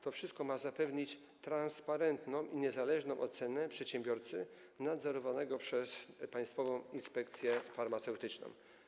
To wszystko ma zapewnić transparentną i niezależną ocenę przedsiębiorcy nadzorowanego przez Państwową Inspekcję Farmaceutyczną.